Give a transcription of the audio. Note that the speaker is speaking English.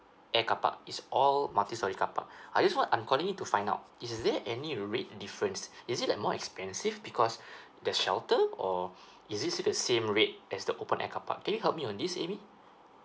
air carpark is all multi storey carpark I just want I'm calling in to find out is there any rate difference is it like more expensive because the shelter or is it still the same rate as the open air carpark can you help me on this amy